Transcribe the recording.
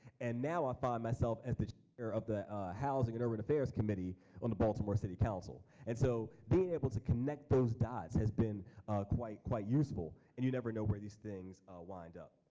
and now i find myself as the chair of the housing and urban affairs committee on the baltimore city council. and so being able to connect those dots has been quite quite useful and you never know where these things wind up.